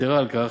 יתרה מכך,